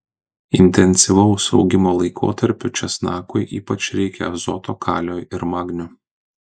intensyvaus augimo laikotarpiu česnakui ypač reikia azoto kalio ir magnio